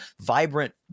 vibrant